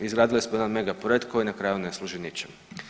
Izgradili smo jedan mega projekt koji na kraju ne služi ničem.